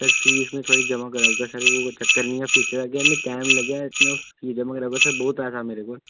sir fees बी थोह्ड़ी जमां कराई ओड़गा सर एह् कोई चक्कर निं ऐ फीसै दे केह् मिगी टाइम निं लग्गेआ फीस जमां कराई ओड़गा सर बहुत पैसा ऐ मेरे कोल